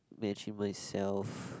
myself